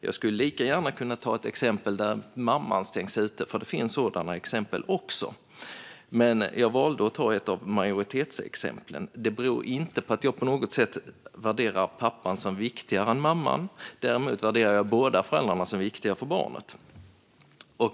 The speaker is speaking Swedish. Jag skulle lika gärna kunna ta ett exempel där mamman stängs ute, för det finns sådana exempel också, men jag valde att ta ett av majoritetsexemplen. Det beror inte på att jag på något sätt värderar pappan som viktigare än mamman, men däremot värderar jag båda föräldrarna som viktiga för barnet.